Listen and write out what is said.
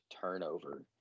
turnover